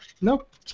Nope